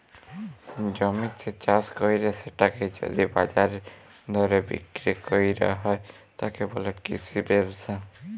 জমিতে চাস কইরে সেটাকে যদি বাজারের দরে বিক্রি কইর হয়, তাকে বলে কৃষি ব্যবসা